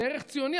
זה ערך ציוני.